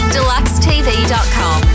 Deluxetv.com